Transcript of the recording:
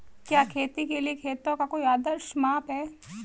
क्या खेती के लिए खेतों का कोई आदर्श माप है?